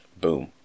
Boom